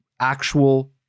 actual